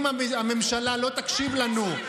ואומרים: אם הממשלה לא תקשיב לנו,